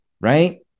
right